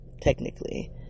technically